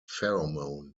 pheromone